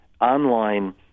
online